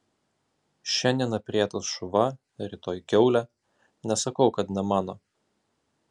šiandien aprietas šuva rytoj kiaulė nesakau kad ne mano